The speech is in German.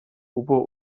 ober